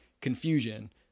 confusion